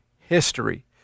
history